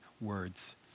words